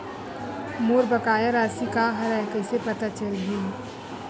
मोर बकाया राशि का हरय कइसे पता चलहि?